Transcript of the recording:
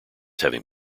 having